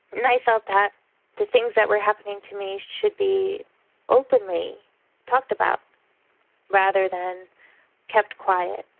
and i felt that the things that were happening to me should be openly talked about rather than kept quiet,